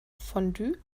fondue